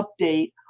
update